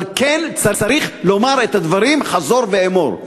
אבל כן צריך לומר את הדברים חזור ואמור.